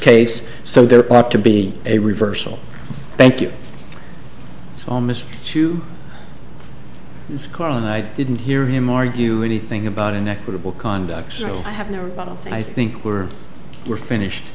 case so there ought to be a reversal thank you it's almost two score and i didn't hear him argue anything about inequitable conduct so i think we're we're finished